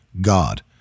God